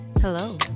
Hello